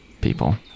people